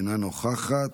אינה נוכחת,